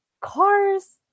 cars